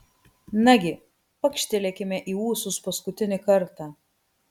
nagi pakštelėkime į ūsus paskutinį kartą